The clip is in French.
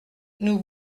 nous